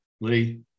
Lee